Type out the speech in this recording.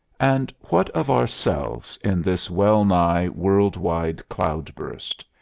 and what of ourselves in this well-nigh world-wide cloud-burst?